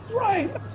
Right